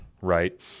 right